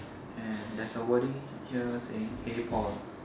and there's a wording here saying hey Paul